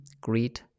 greed